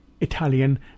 Italian